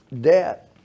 debt